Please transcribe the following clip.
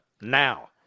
now